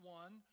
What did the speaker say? one